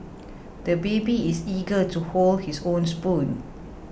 the baby is eager to hold his own spoon